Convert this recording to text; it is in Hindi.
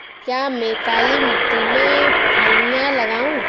क्या मैं काली मिट्टी में फलियां लगाऊँ?